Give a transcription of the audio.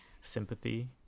sympathy